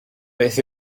beth